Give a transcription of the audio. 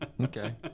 Okay